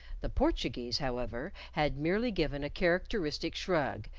the portuguese, however, had merely given a characteristic shrug,